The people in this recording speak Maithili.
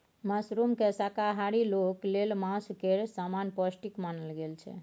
मशरूमकेँ शाकाहारी लोक लेल मासु केर समान पौष्टिक मानल गेल छै